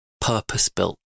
purpose-built